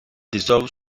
dissolved